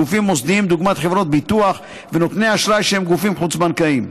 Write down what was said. גופים מוסדיים דוגמת חברות ביטוח ונותני אשראי שהם גופים חוץ-בנקאיים.